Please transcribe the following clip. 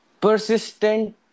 Persistent